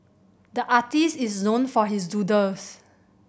the artist is known for his doodles